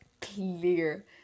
clear